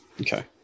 Okay